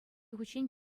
хутчен